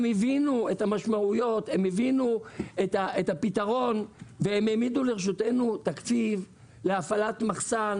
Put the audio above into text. הם הבינו את המשמעויות ואת הפתרון והם העמידו לרשותנו להפעלת מחסן.